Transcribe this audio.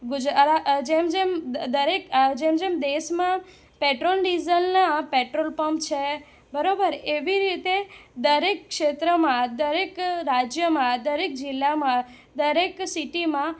ગુજરાત જેમ જેમ દરેક જેમ જેમ દેશમાં પેટ્રોલ ડીઝલના પેટ્રોલ પંપ છે બરાબર એવી રીતે દરેક ક્ષેત્રમાં દરેક રાજ્યમાં દરેક જિલ્લામાં દરેક સિટીમાં